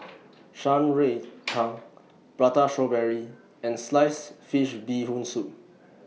Shan Rui Tang Prata Strawberry and Sliced Fish Bee Hoon Soup